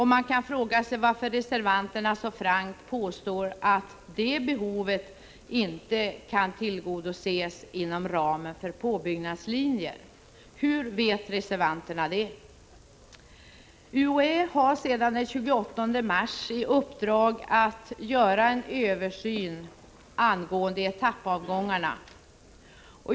Man kan fråga sig varför reservanterna så frankt påstår att detta behov inte kan tillgodoses UHÄ har sedan den 28 mars i uppdrag att göra en översyn angående etappavgångarna.